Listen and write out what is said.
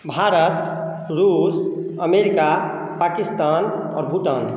भारत रूस अमेरिका पाकिस्तान और भूटान